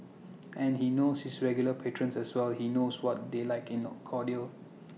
and he knows his regular patrons as well he knows what they like in cordial